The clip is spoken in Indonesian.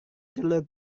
telur